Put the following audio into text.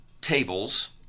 tables